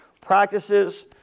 practices